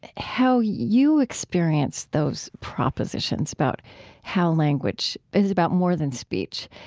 how you experience those propositions about how language is about more than speech.